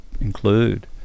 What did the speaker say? include